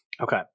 okay